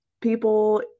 people